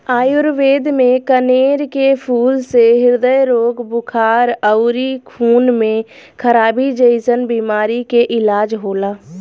आयुर्वेद में कनेर के फूल से ह्रदय रोग, बुखार अउरी खून में खराबी जइसन बीमारी के इलाज होला